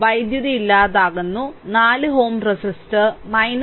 വൈദ്യുതി ഇല്ലാതാകുന്നു 4 Ω റെസിസ്റ്റർ 10